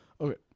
Okay